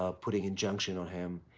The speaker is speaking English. ah putting injunction on him.